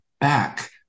back